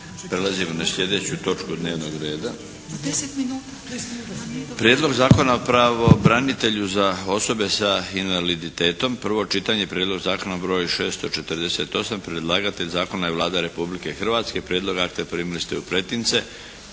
Prelazimo na slijedeću točku dnevnog reda. - Prijedlog zakona o pravobranitelju za osobe s invaliditetom, prvo čitanje P.Z. br. 648; Predlagatelj zakona je Vlada Republike Hrvatske. Prijedlog akta primili ste u pretince.